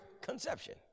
conception